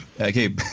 Okay